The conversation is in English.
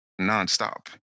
nonstop